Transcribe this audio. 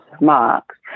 marks